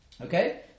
Okay